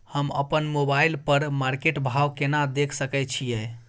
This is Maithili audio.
हम अपन मोबाइल पर मार्केट भाव केना देख सकै छिये?